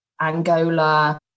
Angola